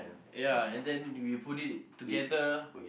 ya and then we put it together